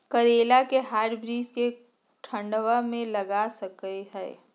करेला के हाइब्रिड के ठंडवा मे लगा सकय हैय?